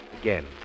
again